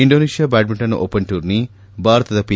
Indonesia badminton open tourney ಭಾರತದ P